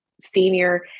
Senior